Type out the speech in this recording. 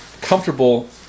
comfortable